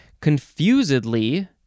Confusedly